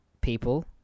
people